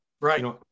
right